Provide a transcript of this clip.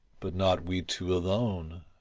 but not we two alone.